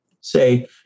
say